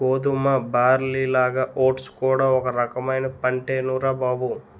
గోధుమ, బార్లీలాగా ఓట్స్ కూడా ఒక రకమైన పంటేనురా బాబూ